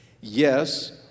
Yes